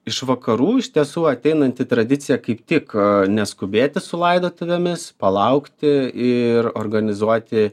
iš vakarų iš tiesų ateinanti tradicija kaip tik neskubėti su laidotuvėmis palaukti ir organizuoti